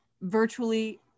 virtually